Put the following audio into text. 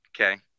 Okay